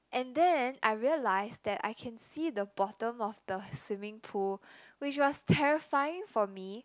and then I realised that I can see the bottom of the swimming pool which was terrifying for me